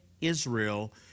Israel